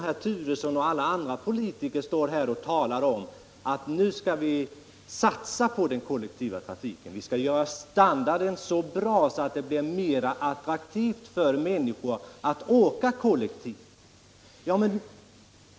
Herr Turesson och alla andra politiker talar om att satsa på den kollektiva trafiken, att göra standarden så hög att det blir mera attraktivt för människor att åka kollektivt.